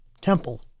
temple